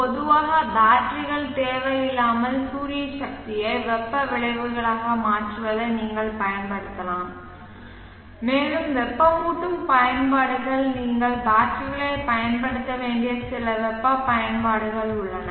பொதுவாக பேட்டரிகள் தேவையில்லாமல் சூரிய சக்தியை வெப்ப விளைவுகளாக மாற்றுவதை நீங்கள் பயன்படுத்தலாம் மேலும் வெப்பமூட்டும் பயன்பாடுகள் நீங்கள் பேட்டரிகளைப் பயன்படுத்த வேண்டிய சில வெப்ப பயன்பாடுகள் உள்ளன